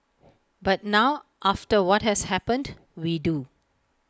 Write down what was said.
but now after what has happened we do